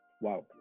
wow